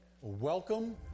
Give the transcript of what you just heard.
Welcome